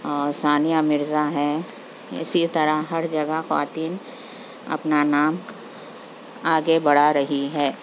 اور ثانیہ مرزا ہیں اسی طرح ہر جگہ خواتین اپنا نام آگے بڑھا رہی ہے